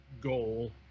goal